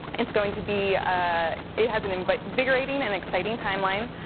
it's going to be, ah it has an invigorating and exciting timeline.